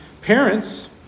parents